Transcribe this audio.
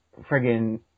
friggin